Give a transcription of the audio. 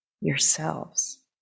yourselves